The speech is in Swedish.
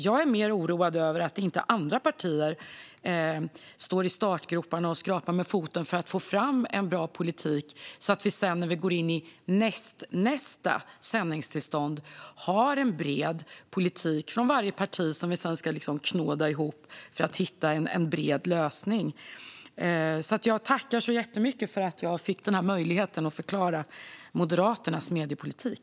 Jag är mer oroad över att andra partier inte ligger i startgroparna för att få fram en bra politik så att vi sedan, när vi går in i nästnästa sändningstillstånd, har en bred politik från varje parti som vi sedan ska knåda ihop för att hitta en bred lösning. Jag tackar så mycket för att jag fick denna möjlighet att förklara Moderaternas mediepolitik.